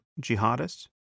jihadists